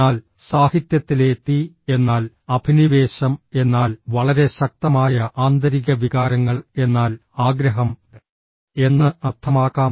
എന്നാൽ സാഹിത്യത്തിലെ തീ എന്നാൽ അഭിനിവേശം എന്നാൽ വളരെ ശക്തമായ ആന്തരിക വികാരങ്ങൾ എന്നാൽ ആഗ്രഹം എന്ന് അർത്ഥമാക്കാം